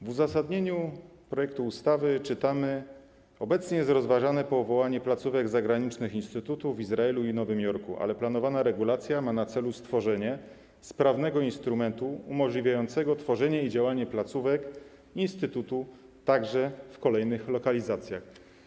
W uzasadnieniu projektu ustawy czytamy: obecnie jest rozważane powołanie placówek zagranicznych instytutu w Izraelu i Nowym Jorku, ale planowana regulacja ma na celu stworzenie sprawnego instrumentu umożliwiającego tworzenie i działanie placówek instytutu także w kolejnych lokalizacjach.